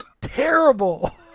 terrible